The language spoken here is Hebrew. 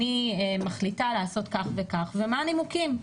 אני מחליטה לעשות כך וכך, ומה הנימוקים?